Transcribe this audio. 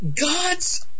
God's